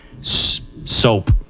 soap